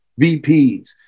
VPs